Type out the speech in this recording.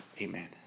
Amen